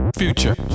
future